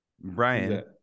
Brian